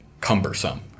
cumbersome